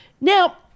Now